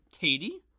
Katie